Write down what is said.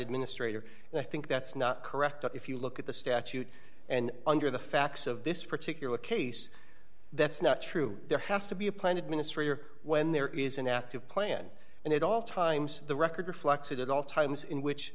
administrator and i think that's not correct if you look at the statute and under the facts of this particular case that's not true there has to be a plan administrator when there is an active plan and at all times the record reflects it at all times in which